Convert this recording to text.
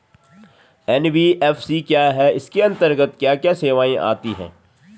NBFC क्या है इसके अंतर्गत क्या क्या सेवाएँ आती हैं?